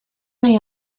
may